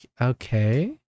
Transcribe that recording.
okay